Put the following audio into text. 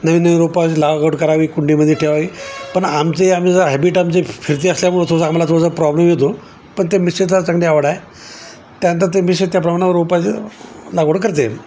नवीन नवीन रोपांची लागवड करावी कुंडीमध्ये ठेवावी पण आमची आम्ही जर हॅबिट आमची फिरती असल्यामुळे थोडंसं आम्हाला थोडासां प्रॉब्लेम येतो पण ते मिसेसला चांगली आवड आहे त्यानंतर ते मिसेस त्या प्रमाणावर रोपायचे लागवड करते